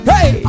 Hey